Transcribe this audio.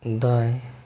दाएं